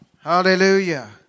Hallelujah